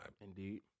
Indeed